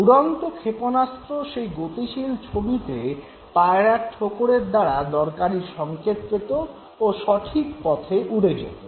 উড়ন্ত ক্ষেপণাস্ত্র সেই গতিশীল ছবিতে পায়রার ঠোকরের দ্বারা দরকারি সঙ্কেত পেত ও সঠিক পথে উড়ে যেত